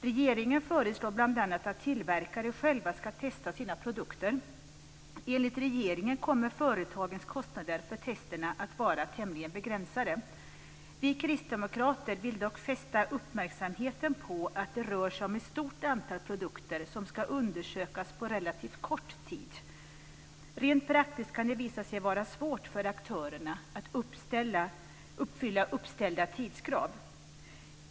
Regeringen föreslår bl.a. att tillverkare själva ska testa sina produkter. Enligt regeringen kommer företagens kostnader för testen att vara tämligen begränsade. Vi kristdemokrater vill dock fästa uppmärksamheten på att det rör sig om ett stort antal produkter som ska undersökas på relativt kort tid. Rent praktiskt kan det visa sig vara svårt för aktörerna att uppfylla uppställda tidskrav.